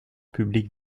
publics